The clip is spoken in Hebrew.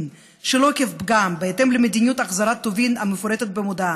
שלא עקב פגם בהתאם למדיניות החזרת טובין המפורטת במודעה,